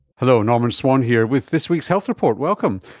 hello, norman swan here with this week's health report, welcome.